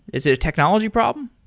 is it a technology problem?